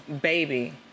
Baby